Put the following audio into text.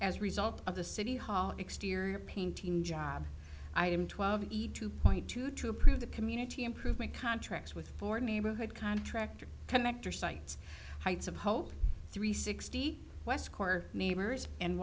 as a result of the city hall exterior painting job item twelve easy to point two to approve the community improvement contracts with ford neighborhood contractor connector sites heights of hope three sixty neighbors and